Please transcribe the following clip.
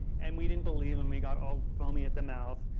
and we didn't believe him. we got all foamy at the mouth.